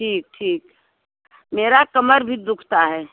ठीक ठीक मेरी कमर भी दुखती है